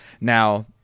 Now